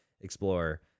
explore